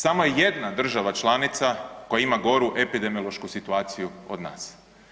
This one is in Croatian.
Samo je jedna država članica koja ima goru epidemiološku situaciju od nas.